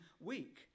Week